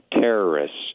terrorists